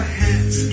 hands